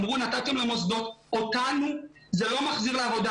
אמרו שנתתם למוסדות אבל אותנו זה לא מחזיר לעבודה.